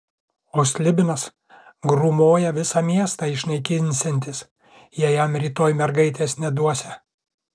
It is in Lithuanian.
o slibinas grūmoja visą miestą išnaikinsiantis jei jam rytoj mergaitės neduosią